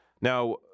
Now